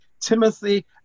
Timothy